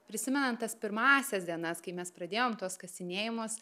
prisimenant tas pirmąsias dienas kai mes pradėjom tuos kasinėjimus